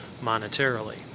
monetarily